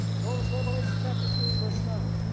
notice revelation chapter three and verse nine.